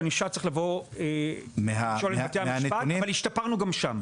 לגבי ענישה צריך לשאול את בתי המשפט אבל השתפרנו גם שם.